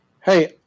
hey